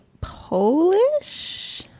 Polish